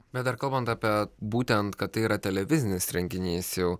bet dar kalbant apie būtent kad tai yra televizinis renginys jau